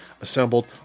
assembled